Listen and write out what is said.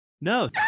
No